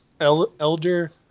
Elder